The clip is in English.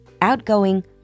outgoing